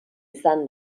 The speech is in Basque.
izan